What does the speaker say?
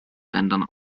rändern